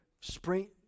spring